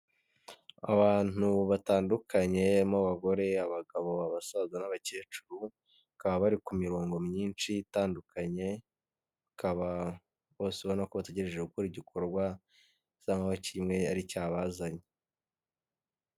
Abantu batandukanye barimo abagore abagabosaza n'abakecuru bakaba bari kurongo myinshi itandukanye bakaba basobanubona ko bategereje gukora igikorwa'aho kimwe ari cyabazanye.